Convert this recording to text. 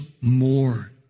more